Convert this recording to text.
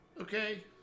Okay